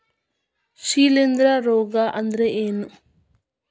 ಶಿಲೇಂಧ್ರ ರೋಗಾ ಅಂದ್ರ ಏನ್?